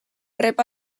rep